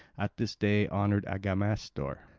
at this day honour agamestor.